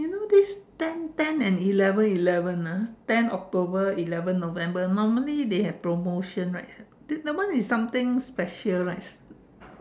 you know this ten ten and eleven eleven ah ten October eleven November normally they have promotion right that one is something special right